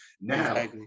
now